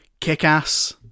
Kick-Ass